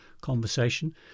conversation